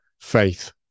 Faith